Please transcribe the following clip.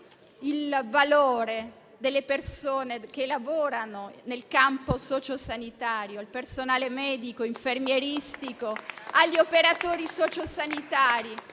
il valore delle persone che lavorano nel campo socio sanitario: il personale medico e infermieristico, gli operatori socio sanitari,